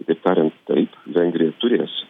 kitaip tariant taip vengrija turės